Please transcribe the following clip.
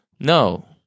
No